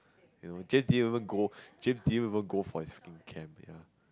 you know Jeff didn't even go Jeff didn't even go for his freaking camp